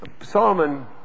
Solomon